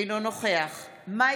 אינו נוכח גילה